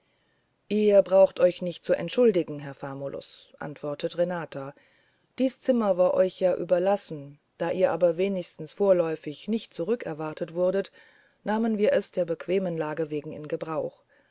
ihr braucht euch nicht zu entschuldigen herr famulus antwortet renata dies zimmer war euch ja überlassen da ihr aber wenigstens vorläufig nicht zurück erwartet wurdet nahmen wir es der bequemen lage wegen in gebrauch